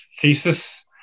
thesis